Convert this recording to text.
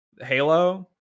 Halo